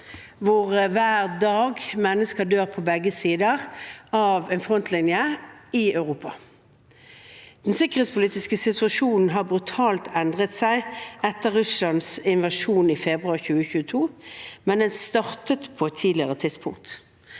hver dag dør mennesker på begge sider av en frontlinje i Europa. Den sikkerhetspolitiske situasjonen har brutalt endret seg etter Russlands invasjon i februar 2022, men den startet på et tidligere tidspunkt.